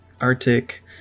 Arctic